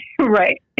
Right